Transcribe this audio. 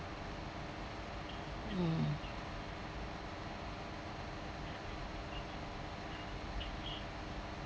mm